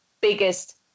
biggest